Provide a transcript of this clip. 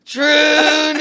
True